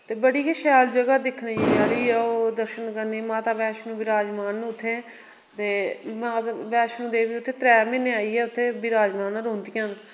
ते बड़ी गै शैल जगह दिक्खने आह्ली गी ओह् दर्शन करने माता वैष्णो विराजमान उत्थै ते नाग वैष्णो देवी उत्थै त्रै म्हीने आइयै उत्थै विराजमान रौहंदियां न